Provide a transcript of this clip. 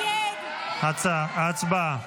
הצבעה.